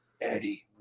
Eddie